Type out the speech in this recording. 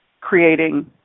creating